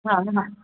हा हा